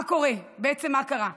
בעצם, מה קרה?